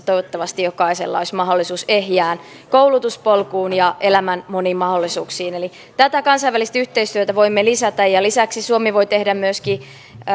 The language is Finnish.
toivottavasti jokaisella olisi mahdollisuus ehjään koulutuspolkuun ja elämän moniin mahdollisuuksiin eli tätä kansainvälistä yhteistyötä voimme lisätä ja lisäksi suomi voi myöskin